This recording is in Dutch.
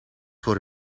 voor